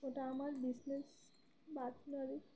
ওটা আমার business but